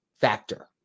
Factor